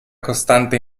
costante